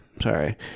Sorry